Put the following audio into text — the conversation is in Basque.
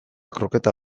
kroketa